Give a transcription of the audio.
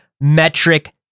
metric